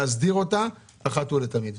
להסדיר אותה אחת ולתמיד.